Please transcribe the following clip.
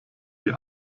die